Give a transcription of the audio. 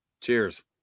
Cheers